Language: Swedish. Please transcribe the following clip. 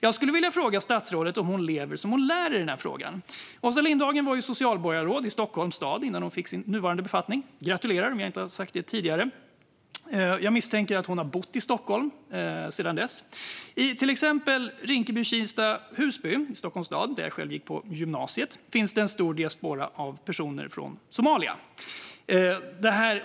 Jag skulle vilja fråga statsrådet om hon lever som hon lär i den här frågan. Åsa Lindhagen var ju socialborgarråd i Stockholms stad innan hon fick sin nuvarande befattning - jag gratulerar, om jag inte gjort det tidigare! Jag misstänker att hon har bott i Stockholm sedan dess. I till exempel Rinkeby-Kista och Husby i Stockholms stad, där jag själv gick i gymnasiet, finns det en stor diaspora av personer från Somalia.